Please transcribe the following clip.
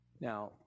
Now